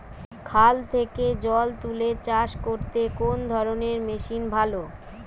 খাল থেকে জল তুলে চাষ করতে কোন ধরনের মেশিন ভালো?